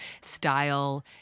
style